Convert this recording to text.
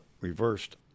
reversed